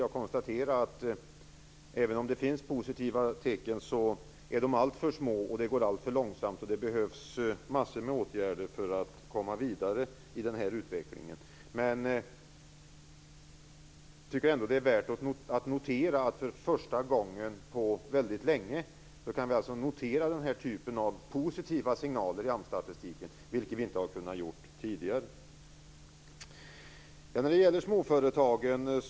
Jag konstaterade att även om det finns positiva tecken är de alltför små och det går alltför långsamt. Det behövs massor med åtgärder för att komma vidare i den här utvecklingen. Men jag tycker ändå att det är värt att notera att för första gången på väldigt länge kan vi se den här typen av positiva signaler i AMS-statistiken. Det har vi inte kunnat göra tidigare. Per Unckel berör småföretagen.